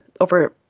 over